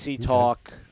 talk